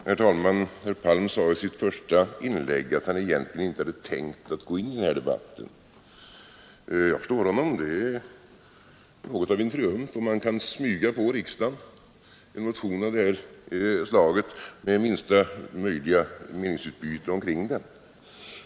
Herr talman! Herr Palm sade i sitt första inlägg att han egentligen inte hade tänkt gå in i den här debatten. Jag förstår honom — det är något av en triumf om han kan smyga på riksdagen en motion av det här slaget med minsta möjliga meningsutbyte omkring den.